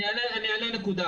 אעלה נקודה.